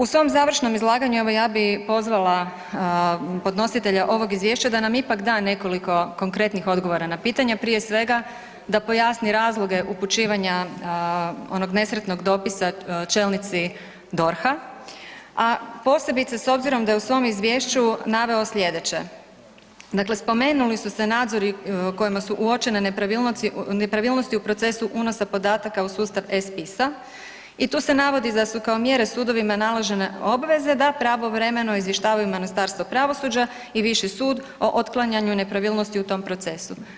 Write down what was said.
U svom završnom izlaganju evo ja bi pozvala podnositelja ovog izvješća da nam ipak da nekoliko konkretnih odgovora na pitanje, prije svega da pojasni razloge upućivanja onog nesretnog dopisa čelnici DORH-a, a posebice s obzirom da je u svom izvješću naveo slijedeće, dakle spomenuli su se nadzori u kojima su uočene nepravilnosti u procesu unosa podataka u sustav e-spisa i tu se navodi da su kao mjere sudovima naložene obveze da pravovremeno izvještavaju Ministarstvo pravosuđa i viši sud o otklanjanju nepravilnosti u tom procesu.